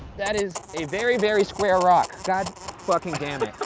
that is a very, very square rock. god fucking damn it.